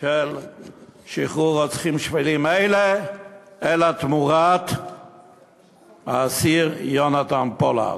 של שחרור רוצחים שפלים אלה אלא תמורת האסיר יונתן פולארד.